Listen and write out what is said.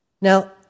Now